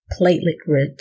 platelet-rich